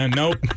nope